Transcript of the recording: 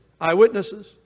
eyewitnesses